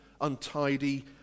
untidy